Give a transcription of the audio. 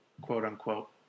quote-unquote